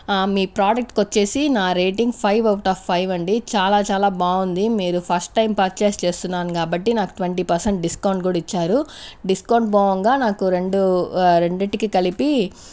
ఆ మీ ప్రాడక్ట్కి వచ్చేసి నా rating five out of five అండి చాలా చాలా బాగుంది మీరు ఫస్ట్ టైం పర్చేజ్ చేస్తున్నాను కాబట్టి నాకు ట్వంటీ పర్సెంట్ డిస్కౌంట్ కూడా ఇచ్చారు డిస్కౌంట్ పోగా నాకు రెండు రెండింటికి కలిపి